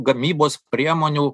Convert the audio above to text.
gamybos priemonių